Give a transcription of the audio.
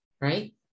right